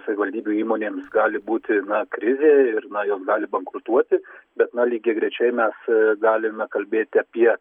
savivaldybių įmonėms gali būti na krizė ir na jos gali bankrutuoti bet na lygiagrečiai mes galime kalbėti apie